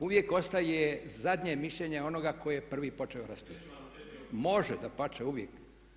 Uvijek ostaje zadnje mišljenje onoga tko je prvi počeo raspravljati. … [[Upadica se ne razumije.]] Može, dapače uvijek.